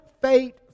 fate